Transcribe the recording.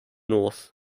north